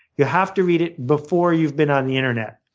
you have to read it before you've been on the internet.